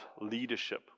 leadership